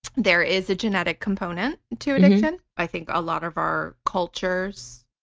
there is a genetic component to addiction. i think a lot of our cultures,